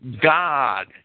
God